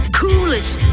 coolest